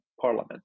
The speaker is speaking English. parliament